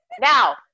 Now